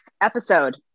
episode